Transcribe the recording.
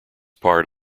part